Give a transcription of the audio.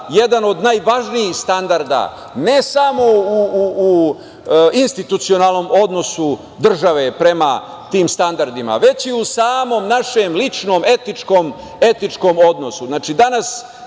jedan od najvažnijih standarda ne samo u institucionalnom odnosu države prema tim standardima, već i u samom našem ličnom etičkom odnosu. Znači,